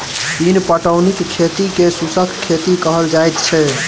बिन पटौनीक खेती के शुष्क खेती कहल जाइत छै